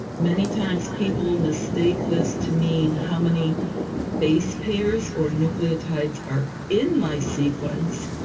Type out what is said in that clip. many times, people mistake this to mean how many base pairs or nucleotides are in my sequence,